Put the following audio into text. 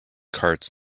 carts